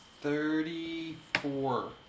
Thirty-four